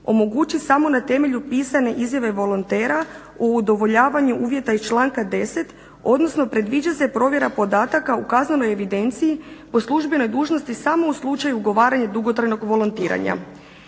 omogući samo na temelju pisane izjave volontera u udovoljavanju uvjeta iz članka 10. Odnosno predviđa se provjera podataka u kaznenoj evidenciji po službenoj dužnosti samo u slučaju ugovaranja dugotrajnog volontiranja.